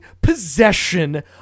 possession